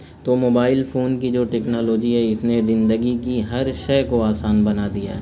تو mobile phone کی جو ٹیکنالوجی ہے اس نے زندگی کی ہر شے کو آسان بنا دیا ہے